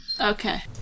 Okay